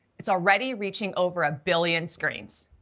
it's already reaching over a billion screens.